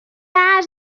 has